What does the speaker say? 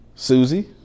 Susie